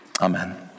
Amen